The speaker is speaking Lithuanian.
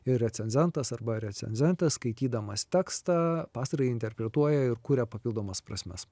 ir recenzentas arba recenzentė skaitydamas tekstą pastarąjį interpretuoja ir kuria papildomas prasmes